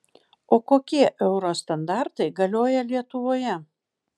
o kokie euro standartai galioja lietuvoje